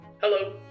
Hello